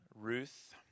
Ruth